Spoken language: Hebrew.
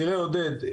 תראה עודד,